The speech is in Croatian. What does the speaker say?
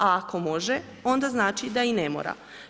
A ako može, onda znači da i ne mora.